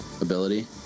ability